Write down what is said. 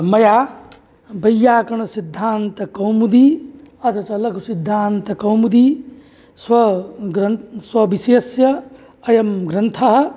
मया वैय्याकरणसिद्धान्तकौमुदी अथ च लघुसिद्धान्तकौमुदी स्वग्रन् स्वविषयस्य अयं ग्रन्थः